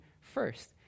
first